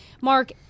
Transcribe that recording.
Mark